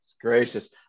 Gracious